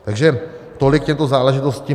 Takže tolik k těmto záležitostem.